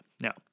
Now